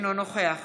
אינו נוכח